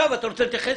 אם אתה רוצה להתייחס,